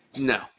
No